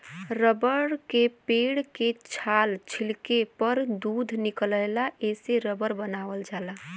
rubber के पेड़ के छाल छीलले पर दूध निकलला एसे रबर बनावल जाला